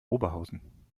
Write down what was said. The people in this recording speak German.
oberhausen